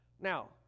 Now